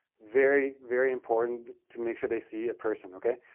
very, very important to make sure they see a person, okay?